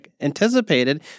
anticipated